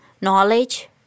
knowledge